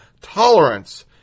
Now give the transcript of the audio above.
tolerance